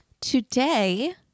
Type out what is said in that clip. Today